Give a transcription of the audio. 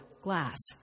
glass